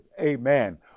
amen